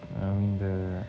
army 的